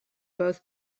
both